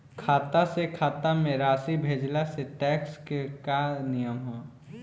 खाता से खाता में राशि भेजला से टेक्स के का नियम ह?